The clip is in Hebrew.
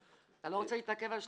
אתה לא רוצה להתעכב על 330,